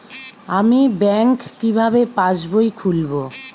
আমি ব্যাঙ্ক কিভাবে পাশবই খুলব?